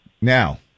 Now